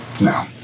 No